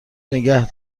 نگه